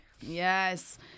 Yes